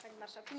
Pani Marszałkini!